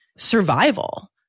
survival